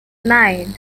nine